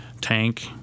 tank